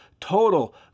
total